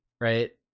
right